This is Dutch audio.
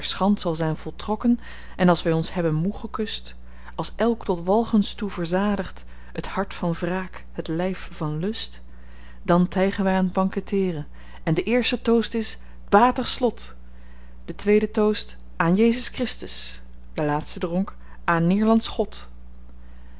zal zyn voltrokken als wy ons hebben moê gekust als elk tot walgens toe verzadigd het hart van wraak het lyf van lust dan tygen wy aan t banketteeren en de eerste toast is t batig slot de tweede toast aan jezus christus de laatste dronk aan neêrlands god